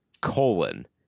Colon